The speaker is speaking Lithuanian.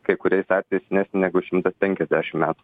kai kuriais atvejais net negu šimtas penkiasdešim metų